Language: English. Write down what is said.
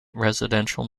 residential